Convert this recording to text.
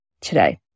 today